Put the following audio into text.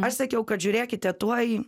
aš sakiau kad žiūrėkite tuoj